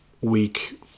week